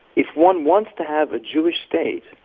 if one wants to have a jewish state,